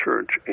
Church